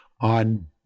on